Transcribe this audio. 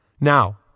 Now